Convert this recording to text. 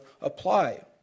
apply